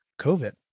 COVID